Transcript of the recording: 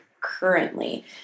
currently